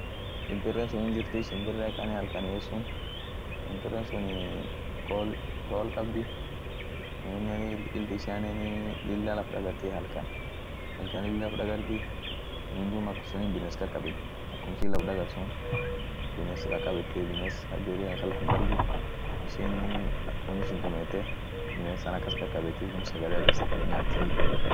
shimpiren sun hinjirti shimpire akan halkan yet sun shimpire sunii kool-kool kabdi amineni ilt ishianenii lilla laf dagartiey halkan, halkan lilla laf dagarti sunin duum akumsunin biness kakabet, akum ishin laf dagart suunt biness kakabetiey bines birri halkan laf hindargu ishinii ak wonni sun tumiete binesan akas kakabeti duum sagale akas nyaatiey.